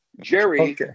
Jerry